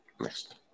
next